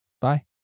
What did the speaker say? Bye